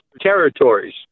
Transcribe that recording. territories